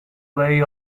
lay